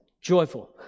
Joyful